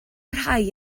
rhai